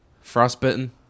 frostbitten